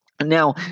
Now